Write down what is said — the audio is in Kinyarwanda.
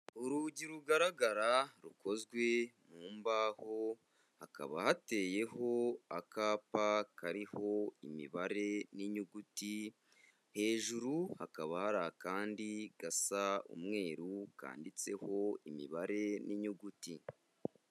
Urugi rugaragara rukozwe mu mbaho, hakaba hateyeho akapa kariho imibare n'inyuguti, hejuru hakaba hari akandi gasa umweru, kanditseho imibare n'inyuguti.